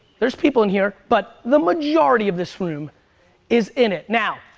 there's people in here. but, the majority of this room is in it. now,